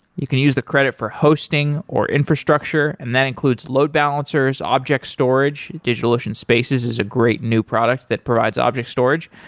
you can use the credit for hosting, or infrastructure, and that includes load balancers, object storage. digitalocean spaces is a great new product that provides object storage,